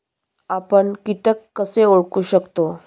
आपण कीटक कसे ओळखू शकतो?